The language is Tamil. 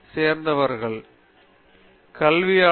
பேராசிரியர் பிரதாப் ஹரிதாஸ் கல்வியாளராகவா